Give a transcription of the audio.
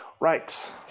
Right